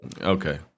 okay